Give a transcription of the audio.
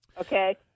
okay